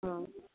हा